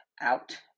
out